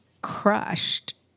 crushed